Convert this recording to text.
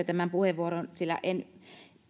tämän puheenvuoron sillä en